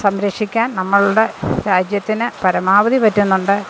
സംരക്ഷിക്കാൻ നമ്മളുടെ രാജ്യത്തിന് പരമാവധി പറ്റുന്നുണ്ട്